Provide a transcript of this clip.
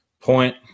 Point